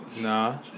Nah